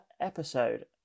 episode